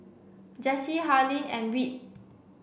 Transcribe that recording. Jessye Harlene and Whit